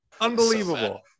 Unbelievable